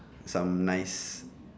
some nice